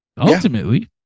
ultimately